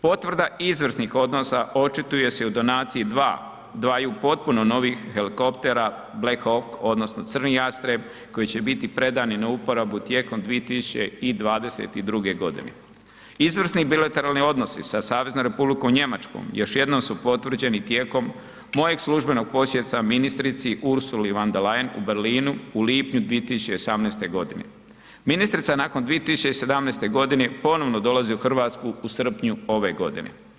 Potvrda izvrsnih odnosa očituje se i u donaciji 2, dvaju potpuno novih helikoptera Black Hawk odnosno crni jastreb koji će biti predani na uporabu tijekom 2022.g. Izvrsni bilateralni odnosi sa SR Njemačkom još jednom su potvrđeni tijekom mojeg službenog posjeta ministrici Ursuli von der Leyen u Berlinu u lipnju 2018.g. Ministrica nakon 2017.g. ponovno dolazi u RH u srpnju ove godine.